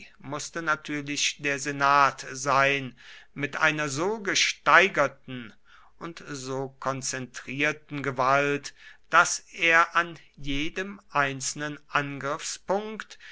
mußte natürlich der senat sein mit einer so gesteigerten und so konzentrierten gewalt daß er an jedem einzelnen angriffspunkt